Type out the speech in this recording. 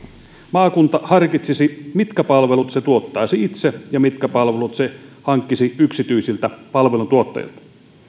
maakunta harkitsisi mitkä palvelut se tuottaisi itse ja mitkä palvelut se hankkisi yksityisiltä palveluntuottajilta